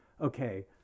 okay